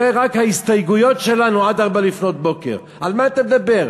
רק ההסתייגויות שלנו הן עד 04:00. על מה אתה מדבר?